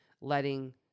letting